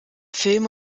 film